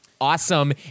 awesome